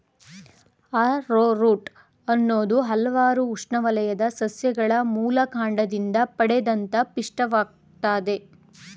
arrowroot ಅನ್ನೋದು ಹಲ್ವಾರು ಉಷ್ಣವಲಯದ ಸಸ್ಯಗಳ ಮೂಲಕಾಂಡದಿಂದ ಪಡೆದಂತ ಪಿಷ್ಟವಾಗಯ್ತೆ